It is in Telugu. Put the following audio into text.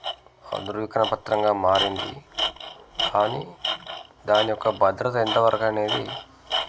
ఆధునికన పత్రంగా మారింది కానీ దాని యొక్క భద్రత ఎంత వరకనేది